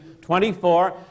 24